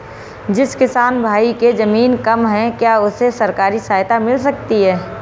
जिस किसान भाई के ज़मीन कम है क्या उसे सरकारी सहायता मिल सकती है?